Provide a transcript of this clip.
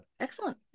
excellent